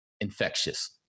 infectious